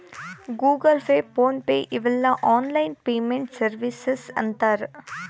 Google Pay PhonePe ಇವೆಲ್ಲ online payment services ಅಂತರ್